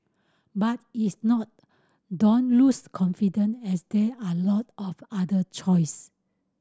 but if not don't lose confidence as there are lot of other choice